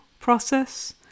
process